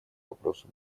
вопросу